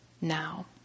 now